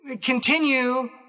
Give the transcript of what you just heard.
continue